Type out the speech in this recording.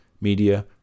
media